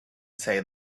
say